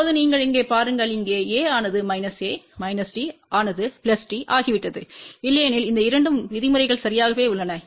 இப்போது நீங்கள் இங்கே பாருங்கள் இங்கே A ஆனது A D ஆனது D ஆகிவிட்டது இல்லையெனில் இந்த இரண்டும் விதிமுறைகள் சரியாகவே உள்ளன